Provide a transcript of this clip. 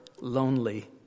lonely